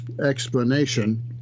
explanation